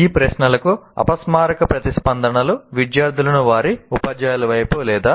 ఈ ప్రశ్నలకు అపస్మారక ప్రతిస్పందనలు విద్యార్థులను వారి ఉపాధ్యాయుల వైపు లేదా